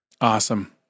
Awesome